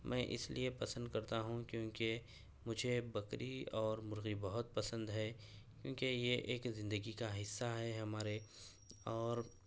میں اس لیے پسند کرتا ہوں کیونکہ مجھے بکری اور مرغی بہت پسند ہے کیونکہ یہ ایک زندگی کا حصہ ہے ہمارے اور